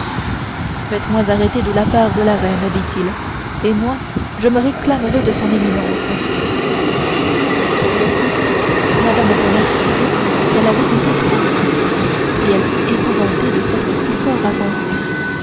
faites-moi arrêter de la part de la reine dit-il et moi je me réclamerai de son éminence pour le coup mme bonacieux vit qu'elle avait été trop loin et elle fut épouvantée de s'être si fort avancée